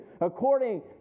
according